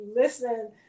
listen